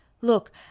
Look